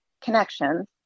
connections